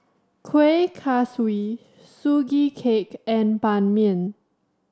Kueh Kaswi Sugee Cake and Ban Mian